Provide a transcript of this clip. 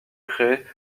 créée